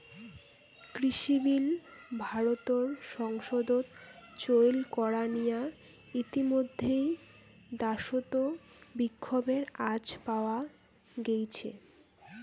কৃষিবিল ভারতর সংসদত চৈল করা নিয়া ইতিমইধ্যে দ্যাশত বিক্ষোভের আঁচ পাওয়া গেইছে